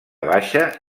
baixa